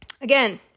Again